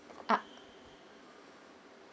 ah